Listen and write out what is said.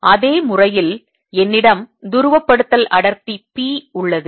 எனவே அதே முறையில் என்னிடம் துருவப்படுத்தல் அடர்த்தி P உள்ளது